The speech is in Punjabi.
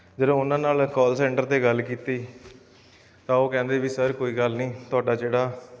ਜਦੋਂ ਉਹਨਾਂ ਨਾਲ ਕਾਲ ਸੈਂਟਰ 'ਤੇ ਗੱਲ ਕੀਤੀ ਤਾਂ ਉਹ ਕਹਿੰਦੇ ਵੀ ਸਰ ਕੋਈ ਗੱਲ ਨਹੀਂ ਤੁਹਾਡਾ ਜਿਹੜਾ